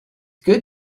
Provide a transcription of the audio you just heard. good